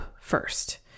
first